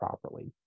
properly